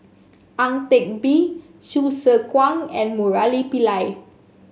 Ang Teck Bee Hsu Tse Kwang and Murali Pillai